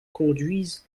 conduisent